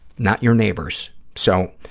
not your neighbors. so,